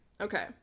okay